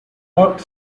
worked